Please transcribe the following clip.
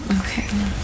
Okay